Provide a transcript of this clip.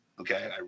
Okay